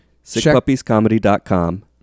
sickpuppiescomedy.com